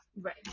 right